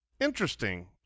Interesting